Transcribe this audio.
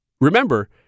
Remember